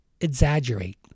exaggerate